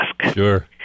Sure